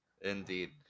indeed